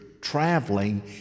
traveling